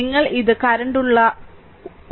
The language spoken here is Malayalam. നിങ്ങൾ ഇത് കറന്റു ള്ളതാക്കിയാൽ 0 ആണ്